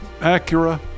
Acura